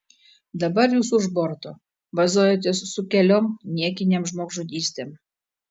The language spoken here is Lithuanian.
dabar jūs už borto vazojatės su keliom niekinėm žmogžudystėm